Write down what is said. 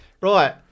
Right